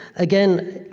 again,